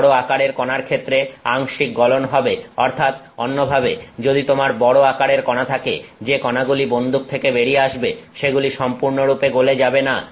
বড় আকারের কণার ক্ষেত্রে আংশিক গলন হবে অর্থাৎ অন্যভাবে যদি তোমার বড় আকারের কণা থাকে যে কণাগুলি বন্দুক থেকে বেরিয়ে আসবে সেগুলি সম্পূর্ণরূপে গলে যাবে না